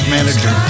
Manager